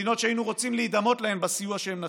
מדינות שהיינו רוצים להידמות להן בסיוע שהן נתנו.